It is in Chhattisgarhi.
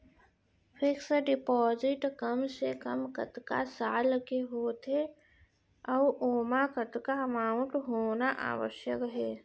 फिक्स डिपोजिट कम से कम कतका साल के होथे ऊ ओमा कतका अमाउंट होना आवश्यक हे?